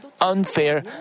unfair